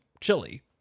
chili